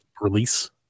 release